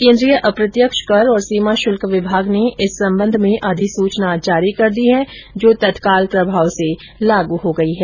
केंद्रीय अप्रत्यक्ष कर और सीमा शुल्क विभाग ने इस संबंध में अधिसूचना जारी कर दी है जो तत्काल प्रभाव से लागू हो गई है